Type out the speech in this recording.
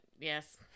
yes